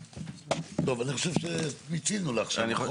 טוב, אני חושב שמיצינו לעכשיו, לא?